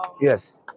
Yes